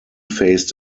faced